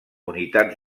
unitats